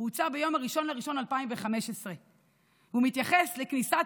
הוא הוצא ביום 1 בינואר 2015. הוא מתייחס לכניסת